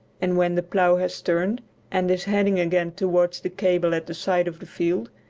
and when the plough has turned and is heading again towards the cable at the side of the field,